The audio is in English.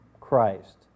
Christ